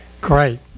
Great